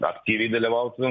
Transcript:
aktyviai dalyvautų